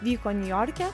vyko niujorke